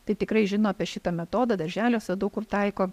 tai tikrai žino apie šitą metodą darželiuose daug kur taiko